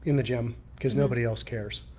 and the gym because nobody else cares.